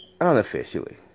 unofficially